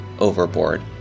overboard